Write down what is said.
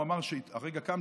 הוא אמר: הרגע קמתי,